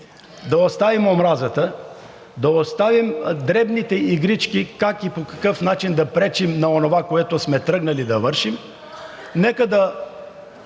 Да оставим омразата. Да оставим дребните игрички как и по какъв начин да пречим на онова, което сме тръгнали да вършим.